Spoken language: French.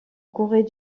corée